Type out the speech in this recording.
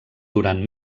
durant